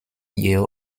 yeo